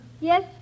Yes